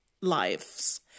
lives